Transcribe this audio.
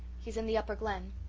he is in the upper glen